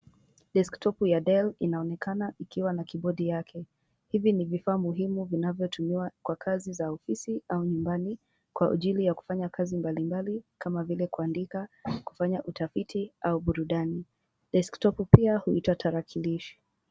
Desktop ya del inaonekana ikiwa na kimbodi yake. Hivi ni vifaa muhimu vinavyotumiwa kwa kazi za ofisi au nyumbani kwa ajili ya kufanya kazi mbalimbali kama vile kuandika, kufanya utafiti au burudani. Desktop pia huitwa tarakilishi.